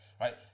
right